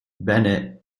bennett